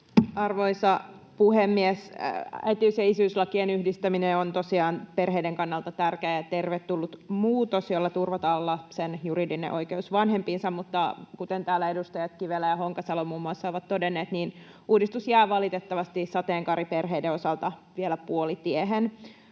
Arvoisa puhemies! Äitiys- ja isyyslakien yhdistäminen on tosiaan perheiden kannalta tärkeä ja tervetullut muutos, jolla turvataan lapsen juridinen oikeus vanhempiinsa. Mutta kuten täällä muun muassa edustajat Kivelä ja Honkasalo ovat todenneet, niin uudistus jää valitettavasti sateenkaariperheiden osalta vielä puolitiehen.